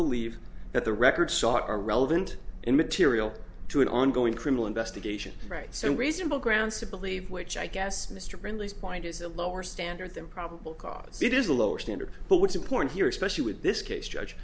believe that the records sought are relevant and material to an ongoing criminal investigation right so reasonable grounds to believe which i guess mr friendly's point is a lower standard than probable cause it is a lower standard but what's important here especially with this case judge